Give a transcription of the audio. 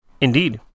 Indeed